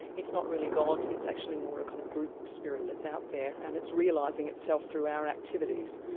it's not really god, it's actually more a kind of group spirit that's out there, and it's realising itself through our activities.